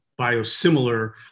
biosimilar